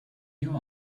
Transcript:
you